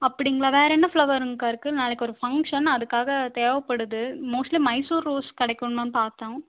அப்படிங்களா வேறு என்ன ஃப்ளவர்ங்கங்கக்கா இருக்கு நாளைக்கு ஒரு ஃபங்ஷன் அதுக்காக தேவைப்படுது மோஸ்ட்லி மைசூர் ரோஸ் கிடைக்கும்னு தான் பார்த்தோம்